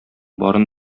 барын